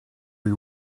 you